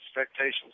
expectations